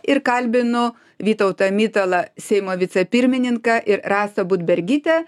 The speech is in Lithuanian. ir kalbinu vytautą mitalą seimo vicepirmininką ir rasą budbergytę